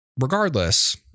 Regardless